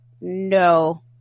no